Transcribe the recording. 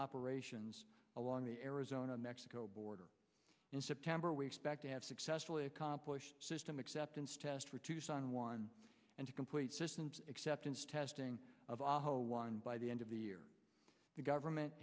operations along the arizona mexico border in september we expect to have successfully accomplished system acceptance test for tucson one and two complete system acceptance testing of a whole one by the end of the year the government